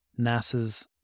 NASA's